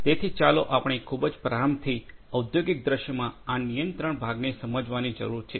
તેથી ચાલો આપણે ખૂબ જ પ્રારંભથી ઔદ્યોગિક દૃશ્યમાં આ નિયંત્રણ ભાગને સમજવાની જરૂર છે